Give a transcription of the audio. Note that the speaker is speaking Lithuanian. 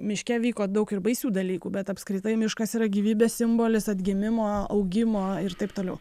miške vyko daug ir baisių dalykų bet apskritai miškas yra gyvybės simbolis atgimimo augimo ir taip toliau